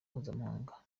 mpuzamahanga